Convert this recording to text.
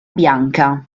bianca